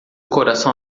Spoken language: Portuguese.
coração